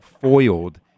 foiled